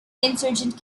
insurgent